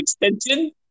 extension